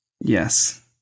Yes